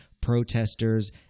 protesters